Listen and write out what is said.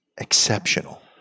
exceptional